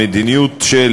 המדיניות של